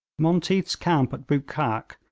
monteath's camp at bootkhak,